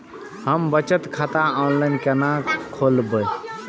हम बचत खाता ऑनलाइन केना खोलैब?